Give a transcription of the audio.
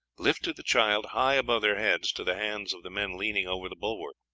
lifted the child high above their heads to the hands of the men leaning over the bulwark.